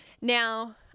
Now